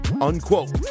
Unquote